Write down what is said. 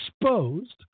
exposed